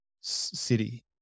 city